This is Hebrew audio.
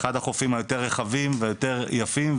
אחד החופים היותר רחבים והיותר יפים,